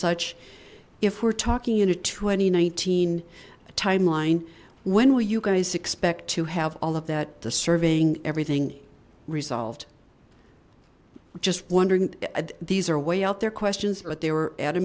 such if we're talking in a twenty nineteen timeline when will you guys expect to have all of that the surveying everything resolved just wondering and these are way out there questions or they were at a